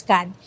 God